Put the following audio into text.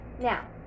now